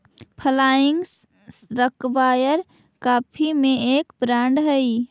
flying square coffee का एक brand हई